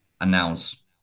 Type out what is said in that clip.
announce